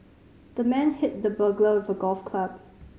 the man hit the burglar with a golf club